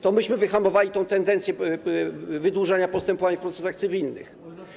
To myśmy wyhamowali tę tendencję do wydłużania postępowań w procesach cywilnych.